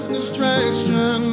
distraction